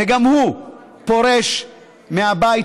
וגם הוא פורש מהבית,